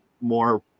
more